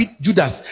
Judas